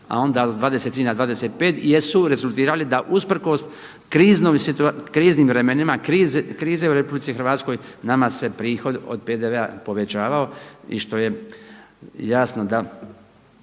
a onda sa 23 na 25 jesu rezultirali da usprkos kriznim vremenima, krize u Republici Hrvatskoj nama se prihod od PDV-a povećavao i što je jasno da